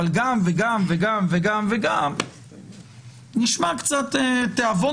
אבל גם וגם וגם וגם נשמע קצת תיאבון